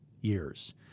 years